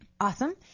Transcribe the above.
Awesome